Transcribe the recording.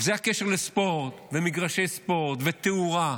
וזה הקשר לספורט ומגרשי ספורט, ותאורה,